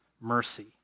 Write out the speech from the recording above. mercy